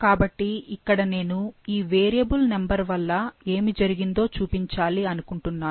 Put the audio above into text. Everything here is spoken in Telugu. కాబట్టి ఇక్కడ నేను ఈ వేరియబుల్ నంబర్ వల్ల ఏమి జరిగిందో చూపించాలి అనుకుంటున్నాను